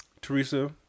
Teresa